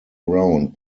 round